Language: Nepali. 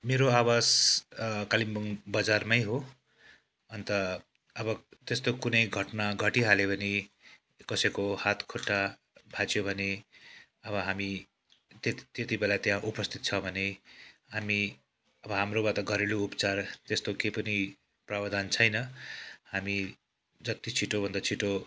मेरो आवास कालिम्पोङ बजारमै हो अन्त अब त्यस्तो कुनै घटना घटिहाल्यो भने कसैको हात खुट्टा भाँच्चियो भने अब हामी तेत त्यतिबेला त्यहाँ उपस्थित छ भने हामी अब हाम्रोमा त घरेलु उपचार त्यस्तो कुनै प्रावधान छैन हामी जति छिटोभन्दा छिटो